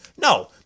No